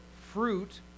fruit